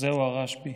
זהו הרשב"י.